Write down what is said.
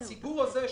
הציבור הזה,